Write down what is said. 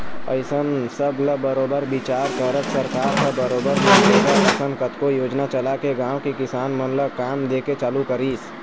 अइसन सब ल बरोबर बिचार करत सरकार ह बरोबर मनरेगा असन कतको योजना चलाके गाँव के किसान मन ल काम दे के चालू करिस